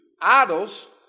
idols